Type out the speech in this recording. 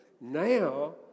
Now